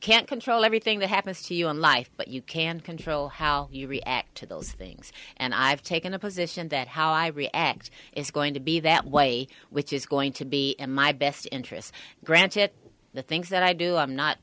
can't control everything that happens to you in life but you can control how you react to those things and i've taken a position that how i react is going to be that way which is going to be in my best interests granted the things that i do i'm not